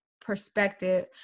perspective